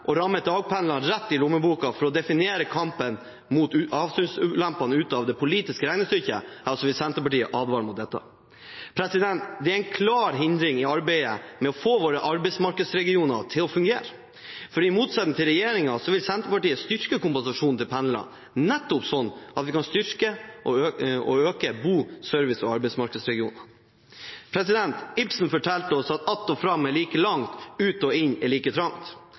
ramme dagpendlerne rett i lommeboka for å definere kampen mot avstandsulempene ut av det politiske regnestykket, vil Senterpartiet advare mot dette. Det er en klar hindring i arbeidet med å få våre arbeidsmarkedsregioner til å fungere. I motsetning til regjeringen vil Senterpartiet styrke kompensasjonen til pendlerne, nettopp slik at vi kan styrke og øke bo-, service- og arbeidsregionene. Ibsen fortalte oss: «Atter og fram, det er like langt. Ut og inn, det er like trangt.»